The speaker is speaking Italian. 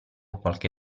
qualche